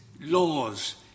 laws